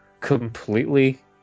completely